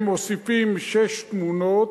הם מוסיפים שש תמונות,